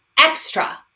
extra